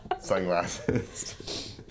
Sunglasses